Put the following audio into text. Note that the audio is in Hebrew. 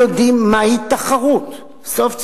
הערות מחברי כנסת.